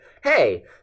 hey